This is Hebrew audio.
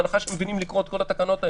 בהנחה שהם יודעים לקרוא את כל התקנות האלה.